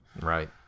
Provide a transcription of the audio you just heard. Right